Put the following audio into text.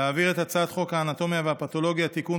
להעביר את הצעת חוק האנטומיה והפתולוגיה (תיקון,